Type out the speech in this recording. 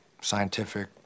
scientific